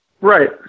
Right